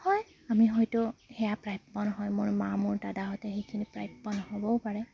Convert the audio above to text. হয় আমি হয়তো সেয়া প্ৰাপ্য নহয় মোৰ মা মোৰ দাদাহঁতে সেইখিনিৰ প্ৰাপ্য নহ'বও পাৰে